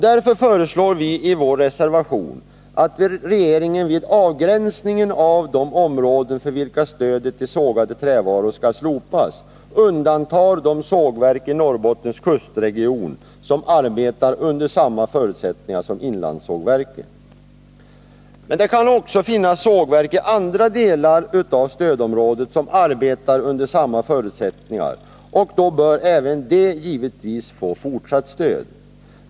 Därför föreslår vi i vår reservation att regeringen vid avgränsningen av de områden för vilka stödet till sågade trävaror skall slopas undantar de sågverk i Norrbottens kustregion som arbetar under samma förutsättningar som inlandssågverken. Men det kan också finnas sågverk i andra delar av stödområdet som arbetar under samma förutsättningar, och då bör givetvis även de få fortsatt stöd.